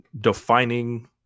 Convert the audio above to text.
defining